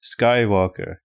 skywalker